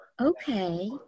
Okay